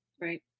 Right